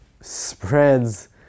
spreads